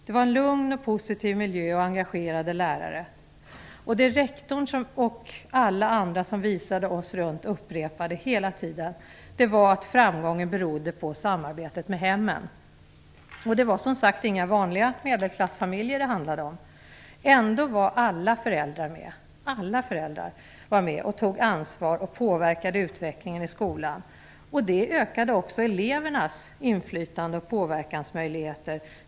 Det var en lugn och positiv miljö och engagerade lärare. Det rektorn och andra som visade oss runt upprepade hela tiden var att framgången berodde på samarbetet med hemmen. Det var som sagt inga vanliga medelklassfamiljer det handlade om. Ändå var alla föräldrar med och tog ansvar, påverkade utvecklingen i skolan. Det ökade också elevernas inflytande och påverkansmöjligheter.